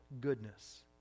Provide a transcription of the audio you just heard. goodness